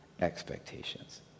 expectations